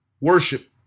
Worship